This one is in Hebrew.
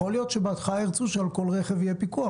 יכול להיות שירצו בהתחלה שעל כל רכב יהיה פיקוח.